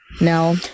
No